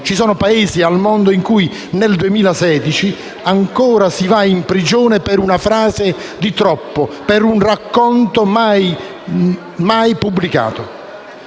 ci sono Paesi al mondo in cui nel 2016 ancora si va in prigione per una frase di troppo, per un racconto mai neanche pubblicato.